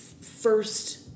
first